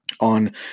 on